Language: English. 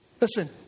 Listen